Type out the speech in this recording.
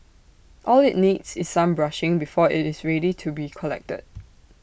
all IT needs is some brushing before IT is ready to be collected